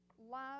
Love